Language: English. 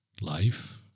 Life